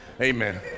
Amen